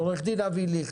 עורך דין אבי ליכט,